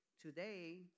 Today